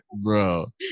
bro